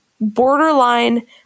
borderline